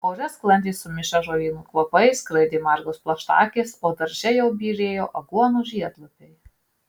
ore sklandė sumišę žolynų kvapai skraidė margos plaštakės o darže jau byrėjo aguonų žiedlapiai